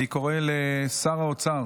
אני קורא לשר האוצר